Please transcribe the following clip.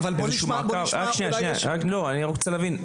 אני רוצה להבין,